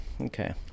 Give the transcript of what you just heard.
okay